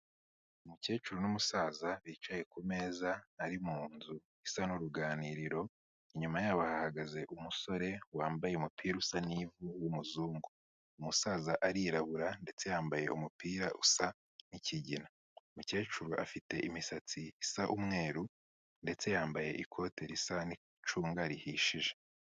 Umukecuru n'umusaza bicaye kumeza ari mu nzu isa n'uruganiriro, inyuma yabo hahagaze umusore wambaye umupira usa n'ivu w'umuzungu. Umusaza arirabura ndetse yambaye umupira usa nk'ikigina. Umukecuru afite imisatsi isa umweru, ndetse yambaye ikote risa n'icunga rihishije.